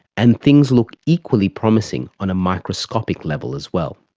and things looked equally promising on a microscopic level as well.